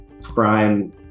prime